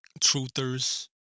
truthers